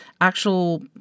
actual